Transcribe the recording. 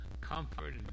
comfort